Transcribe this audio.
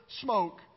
smoke